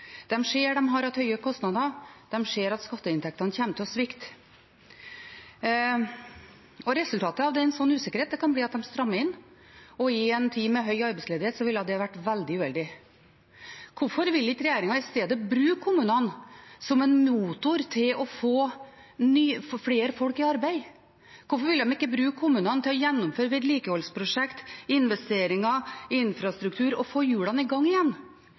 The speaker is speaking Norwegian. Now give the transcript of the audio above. ser at de har hatt høye kostnader, de ser at skatteinntektene kommer til å svikte. Resultatet av en slik usikkerhet kan bli at de strammer inn, og i en tid med høy arbeidsledighet ville det vært veldig uheldig. Hvorfor vil ikke regjeringen i stedet bruke kommunene som en motor for å få flere folk i arbeid? Hvorfor vil de ikke bruke kommunene til å gjennomføre vedlikeholdsprosjekt, investeringer og infrastruktur og få hjulene i gang igjen?